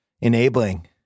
Enabling